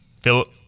philip